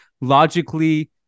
logically